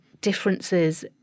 differences